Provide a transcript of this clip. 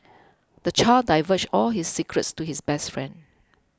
the child divulged all his secrets to his best friend